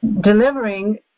delivering